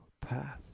path